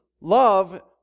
love